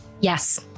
Yes